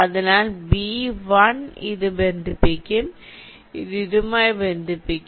അതിനാൽ ബി 1 ഇത് ബന്ധിപ്പിക്കും ഇത് ഇതുമായി ബന്ധിപ്പിക്കും